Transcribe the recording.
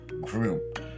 group